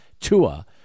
Tua